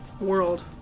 World